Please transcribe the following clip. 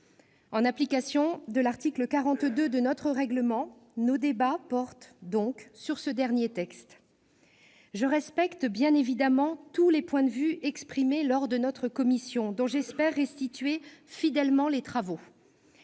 En application de l'article 42 de notre règlement, nos débats portent donc sur ce dernier texte. Je respecte bien évidemment tous les points de vue qui ont été exprimés lors de notre commission, dont j'espère restituer fidèlement les travaux.